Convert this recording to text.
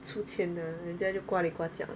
出钱 eh 人家就呱里呱叫